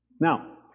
Now